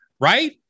right